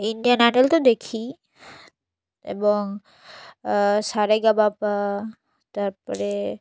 Indian Idol তো দেখিই এবং সারেগামাপা তার পরে